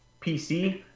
pc